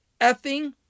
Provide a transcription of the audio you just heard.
effing